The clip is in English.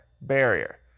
barrier